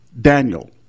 Daniel